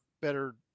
better